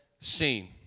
seen